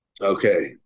Okay